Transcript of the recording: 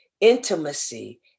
intimacy